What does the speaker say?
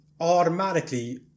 automatically